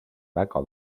väga